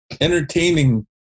entertaining